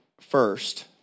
first